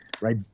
right